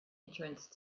entrance